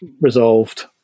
resolved